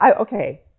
okay